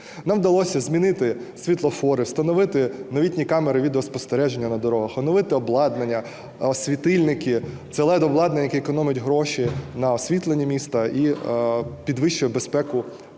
Нам вдалося замінити світлофори, встановити новітні камери відеоспостереження на дорогах, оновити обладнання, світильники, це LED-обладнання, яке економить гроші на освітленні міста і підвищує безпеку